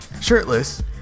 shirtless